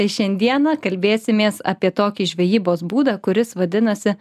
šiandieną kalbėsimės apie tokį žvejybos būdą kuris vadinasi